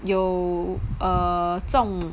有 err 中